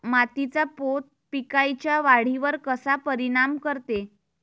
मातीचा पोत पिकाईच्या वाढीवर कसा परिनाम करते?